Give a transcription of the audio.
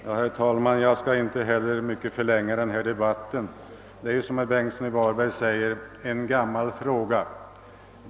Herr talman! Jag skall inte förlänga debatten så mycket. Detta är ju, som herr Bengtsson i Varberg sade, en gammal fråga.